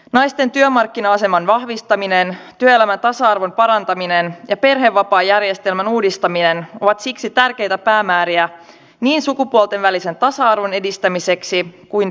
naisten työmarkkina aseman vahvistaminen työelämän tasa arvon parantaminen ja perhevapaajärjestelmän uudistaminen ovat siksi tärkeitä päämääriä niin sukupuolten välisen tasa arvon edistämiseksi kuin perhepolitiikan saralla